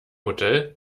hotel